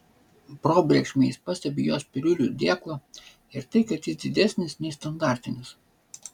probėgšmais pastebiu jos piliulių dėklą ir tai kad jis didesnis nei standartinis